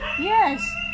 Yes